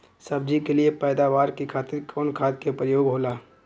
सब्जी के लिए पैदावार के खातिर कवन खाद के प्रयोग होला?